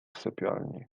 sypialni